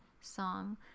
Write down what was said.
song